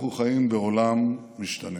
אנחנו חיים בעולם משתנה,